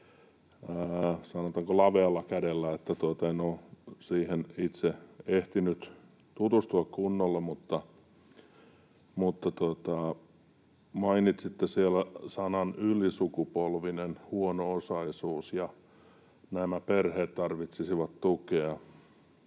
En ole siihen itse ehtinyt tutustua kunnolla, mutta mainitsitte siellä sanan ”ylisukupolvinen huono-osaisuus” ja sen, että nämä perheet tarvitsisivat tukea,